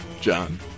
John